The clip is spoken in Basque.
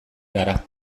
gara